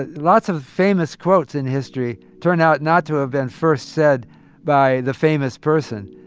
ah lots of famous quotes in history turn out not to have been first said by the famous person.